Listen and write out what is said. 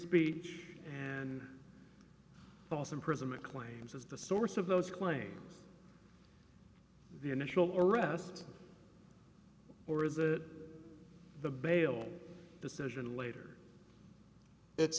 speech and false imprisonment claims is the source of those claims the initial arrest or is it the bail decision later it's